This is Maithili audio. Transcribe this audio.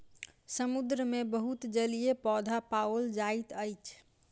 समुद्र मे बहुत जलीय पौधा पाओल जाइत अछि